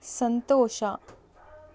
ಸಂತೋಷ